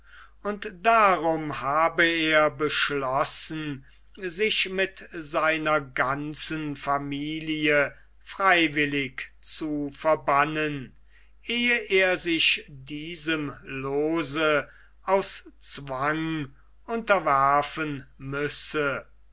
und darum habe er beschlossen sich mit seiner ganzen familie freiwillig zu verbannen ehe er sich diesem loose aus zwang unterwerfen müsse